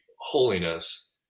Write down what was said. holiness